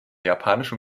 japanischen